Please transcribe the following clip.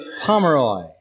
Pomeroy